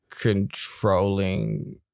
controlling